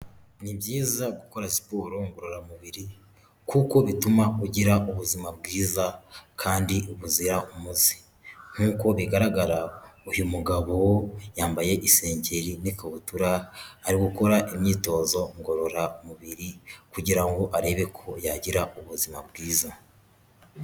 Ni byiza gukora siporo ngororamubiri kuko bituma ugira ubuzima bwiza kandi buzira umuze, nk'uko bigaragara uyu mugabo yambaye isengeri n'ikabutura ari gukora imyitozo ngororamubiri kugira ngo arebe ko yagira ubuzima bwiza.